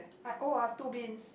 I oh I have two bins